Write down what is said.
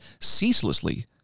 ceaselessly